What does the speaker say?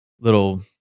little